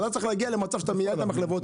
אתה צריך להגיע למצב שאתה מייעל את המחלבות,